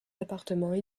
appartements